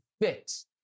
fits